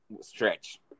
stretch